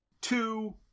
two